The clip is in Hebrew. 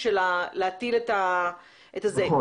להטיל את ה --- נכון.